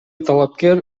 талапкер